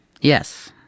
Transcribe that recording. Yes